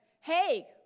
hey